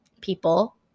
people